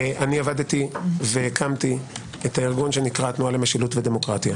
עבדתי והקמתי את הארגון שנקרא "התנועה למשילות ודמוקרטיה".